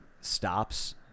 stops